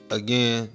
again